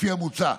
לפי המוצע,